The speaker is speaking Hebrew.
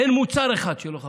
אין מוצר אחד שלא חווה.